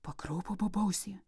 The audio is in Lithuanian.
pakraupo bobausė